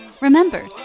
Remember